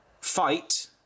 fight